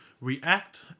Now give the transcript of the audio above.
react